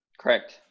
Correct